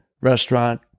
restaurant